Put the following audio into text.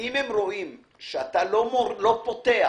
אם הם רואים שאתה לא פותח